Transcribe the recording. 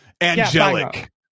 angelic